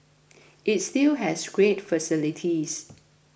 it still has great facilities